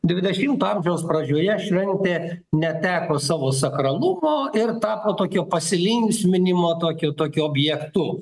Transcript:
dvidešimto amžiaus pradžioje šventė neteko savo sakralumo ir tapo tokia pasilinksminimo tokiu tokiu objektu